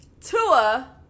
Tua